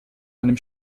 einem